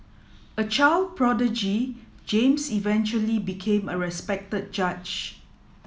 a child prodigy James eventually became a respected judge